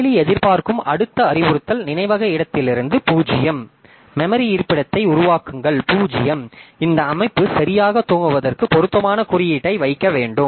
செயலி எதிர்பார்க்கும் அடுத்த அறிவுறுத்தல் நினைவக இடத்திலிருந்து 0 மெமரி இருப்பிடத்தை உருவாக்குங்கள் 0 இந்த அமைப்பு சரியாக துவங்குவதற்கு பொருத்தமான குறியீட்டை வைக்க வேண்டும்